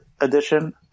edition